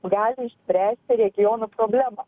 gali išspręsti regionų problemą